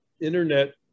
Internet